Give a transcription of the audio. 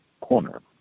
corner